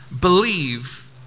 believe